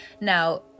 Now